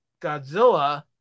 Godzilla